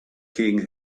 king